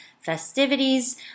festivities